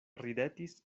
ridetis